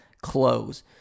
close